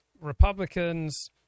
Republicans